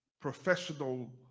professional